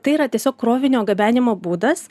tai yra tiesiog krovinio gabenimo būdas